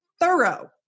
thorough